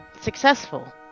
successful